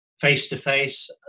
face-to-face